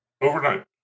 overnight